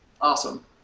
Awesome